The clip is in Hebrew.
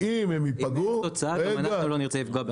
אם אין תוצאה גם אנחנו לא נרצה לפגוע באף אחד.